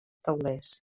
taulers